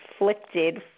inflicted